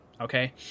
Okay